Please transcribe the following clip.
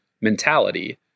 mentality